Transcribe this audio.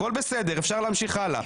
הכול בסדר, אפשר להמשיך הלאה.